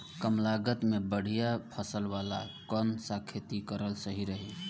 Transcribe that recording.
कमलागत मे बढ़िया फसल वाला कौन सा खेती करल सही रही?